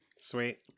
Sweet